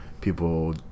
people